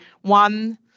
one